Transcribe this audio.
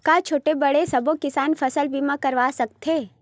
का छोटे बड़े सबो किसान फसल बीमा करवा सकथे?